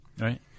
Right